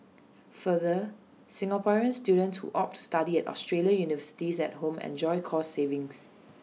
further Singaporean students who opt to study at Australian universities at home enjoy cost savings